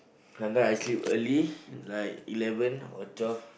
sometime I sleep early like eleven or twelve